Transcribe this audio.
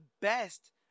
best